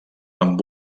amb